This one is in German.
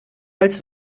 als